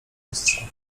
mistrza